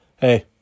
Hey